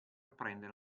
prendere